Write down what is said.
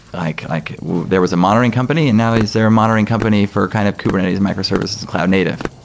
like like there was a monitoring company and now is there monitoring company for kind of kubernetes, microservices and cloud native?